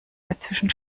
dazwischen